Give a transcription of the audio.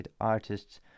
Artists